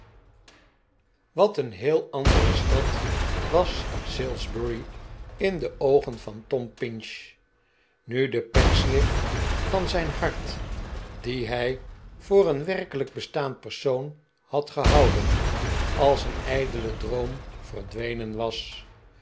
wat een heel andere stad was salisbury in de oogen van tom pinch nu de pecksniff van zijn hart dien hij voor een werkelijk bestaand persoon had gehouden als een ijdele droom verdwenen was